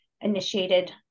initiated